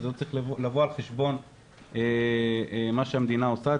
אבל זה לא צריך לבוא על חשבון מה שהמדינה עושה.